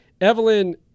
evelyn